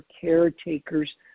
caretakers